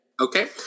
Okay